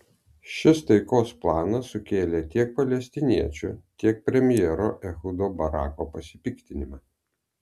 šis taikos planas sukėlė tiek palestiniečių tiek premjero ehudo barako pasipiktinimą